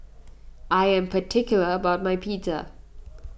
I am particular about my Pizza